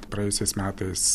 praėjusiais metais